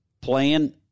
playing